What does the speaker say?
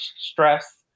stress